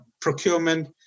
procurement